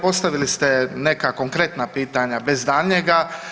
Postavili ste neka konkretna pitanja bez daljnjega.